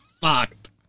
fucked